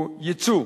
הוא ייצוא.